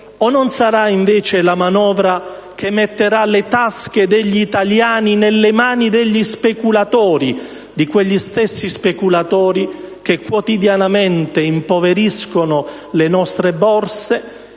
o non sarà invece la manovra che metterà le tasche degli italiani nelle mani degli speculatori, quegli stessi speculatori che quotidianamente impoveriscono le nostre Borse